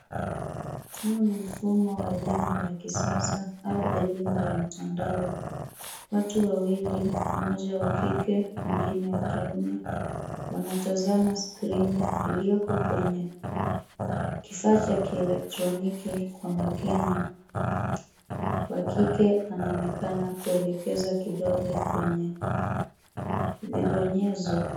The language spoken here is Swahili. Huu ni mfumo wa elimu ya kisasa au elimu ya mtandao, watu wawili mmoja wa kike mwingine wa kiume wanatazama skrini iliyoko kwenye kifaa cha kielektroniki kwa makini wa kike anaonekana kuelekezwa kidole kwenye viponyezo.